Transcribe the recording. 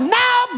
now